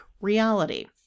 reality